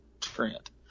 Trent